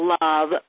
love